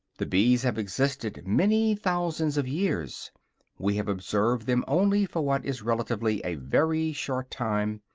the bees have existed many thousands of years we have observed them only for what is relatively a very short time.